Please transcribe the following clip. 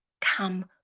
come